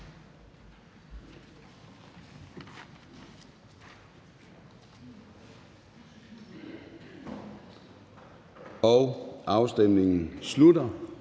Afstemningen slutter.